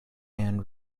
and